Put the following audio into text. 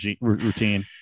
routine